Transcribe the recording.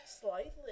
Slightly